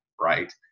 right